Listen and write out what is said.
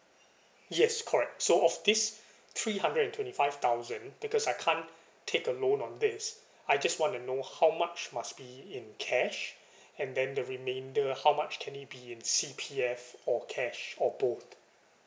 yes correct so of this three hundred and twenty five thousand because I can't take a loan on this I just want to know how much must be in cash and then the remainder how much can it be in C_P_F or cash or both